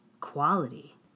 quality